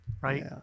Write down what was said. right